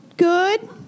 Good